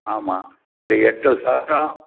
ஆமாம் ஒரு எட்டு சதுரம்